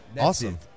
Awesome